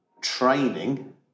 training